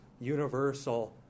universal